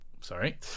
Sorry